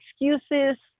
excuses